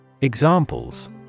Examples